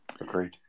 Agreed